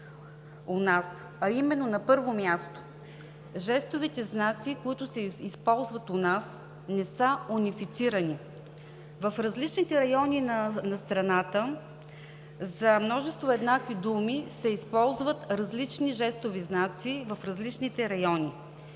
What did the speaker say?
у нас. На първо място – жестовите знаци, които се използват у нас, не са унифицирани. В различните райони на страната за множество еднакви думи се използват различни жестови знаци, които са